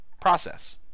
process